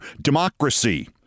democracy